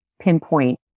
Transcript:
pinpoint